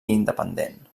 independent